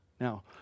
Now